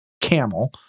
camel